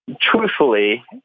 truthfully